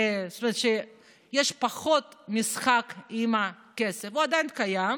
זאת אומרת שיש פחות משחק עם הכסף, הוא עדיין קיים,